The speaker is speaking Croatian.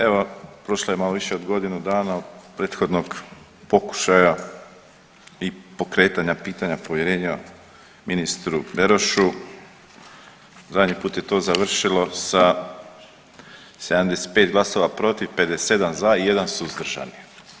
Evo prošlo je malo više od godinu dana od prethodnog pokušaja i pokretanja pitanja povjerenja ministru Berošu, zadnji put je to završilo sa 75 glasova protiv, 57 za i jedan suzdržan.